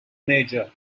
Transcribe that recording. major